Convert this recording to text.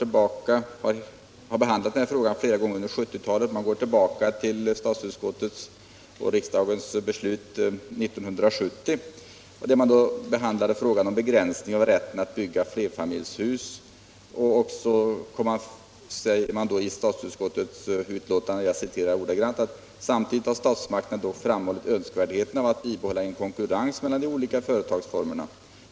Denna fråga har behandlats flera gånger under 1970-talet. Man kan gå tillbaka till riksdagens beslut 1970. Då behandlades frågan om en begränsning av rätten att bygga flerfamiljshus. Statsutskottet anförde då: ”Samtidigt har statsmakterna dock framhållit önskvärdheten av att bibehålla en konkurrens mellan de olika företagsformerna.